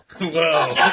Whoa